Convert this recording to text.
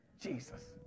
Jesus